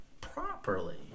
properly